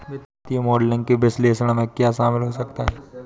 वित्तीय मॉडलिंग के विश्लेषण में क्या शामिल हो सकता है?